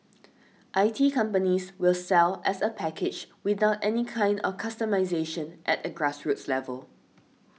I T companies will sell as a package without any kind of customisation at a grassroots level